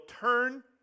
turn